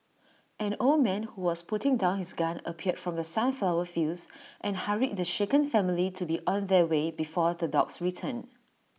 an old man who was putting down his gun appeared from the sunflower fields and hurried the shaken family to be on their way before the dogs return